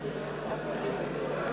לסעיף 1 לא